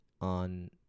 on